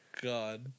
God